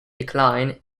decline